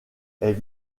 est